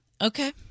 Okay